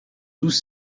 douze